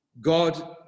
God